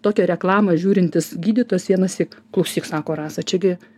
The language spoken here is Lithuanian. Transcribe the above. tokią reklamą žiūrintis gydytojas vienąsyk klausyk sako rasa čia gi